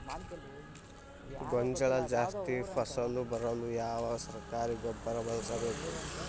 ಗೋಂಜಾಳ ಜಾಸ್ತಿ ಫಸಲು ಬರಲು ಯಾವ ಸರಕಾರಿ ಗೊಬ್ಬರ ಬಳಸಬೇಕು?